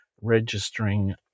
registering